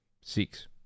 six